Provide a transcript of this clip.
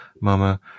Mama